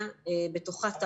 הביטחון.